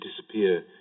disappear